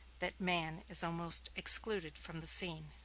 that man is almost excluded from the scene.